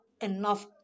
enough